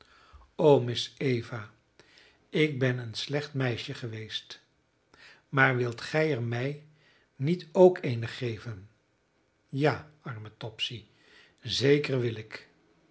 o miss eva ik ben een slecht meisje geweest maar wilt gij er mij niet ook eene geven ja arme topsy zeker wil ik